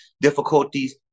difficulties